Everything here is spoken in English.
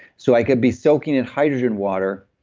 so i could be soaking in hydrogen water.